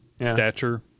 stature